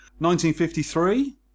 1953